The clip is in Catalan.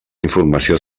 informació